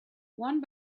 one